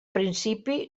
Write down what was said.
principi